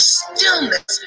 stillness